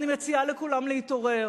אני מציעה לכולם להתעורר.